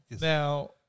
Now